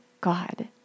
God